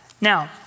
Now